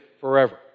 forever